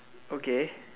okay